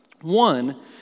One